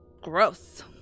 Gross